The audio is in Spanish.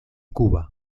cuba